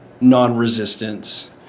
non-resistance